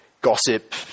gossip